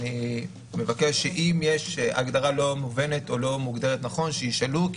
אני מבקש שאם יש הגדרה לא מובנת או לא מוגדרת נכון שישאלו,